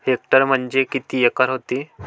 Hectare म्हणजे किती acre व्हते?